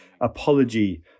apology